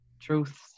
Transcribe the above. truth